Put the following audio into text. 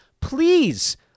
please